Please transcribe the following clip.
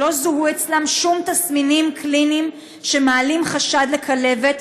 שלא זוהו אצלם שום תסמינים קליניים שמעלים חשד לכלבת,